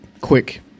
quick